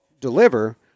deliver